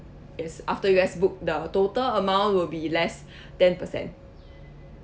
yes after you guys book the total amount will be less ten percent